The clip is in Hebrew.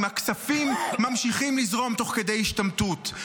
אם הכספים ממשיכים לזרום תוך כדי השתמטות,